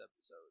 episode